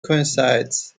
coincides